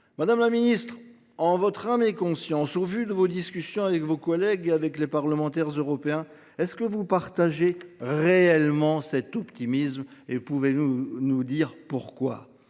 Madame la secrétaire d’État, en votre âme et conscience, au vu de vos discussions avec vos collègues et avec les parlementaires européens, partagez-vous réellement cet optimisme et pouvez-vous nous dire pourquoi ?